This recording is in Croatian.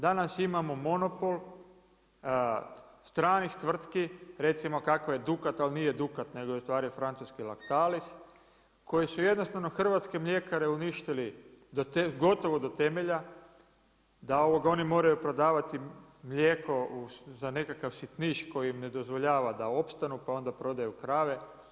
Danas imamo monopol stranih tvrtki recimo kakva je Dukat ali nije Dukat nego je ustvari francuski Lactalis koji su jednostavno hrvatske mljekare uništili gotovo do temelja, da oni moraju prodavati mlijeko za nekakav sitniš koji im ne dozvoljava da opstanu pa onda prodaju krave.